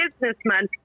businessman